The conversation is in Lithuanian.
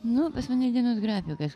nu pas mane dienos grafikas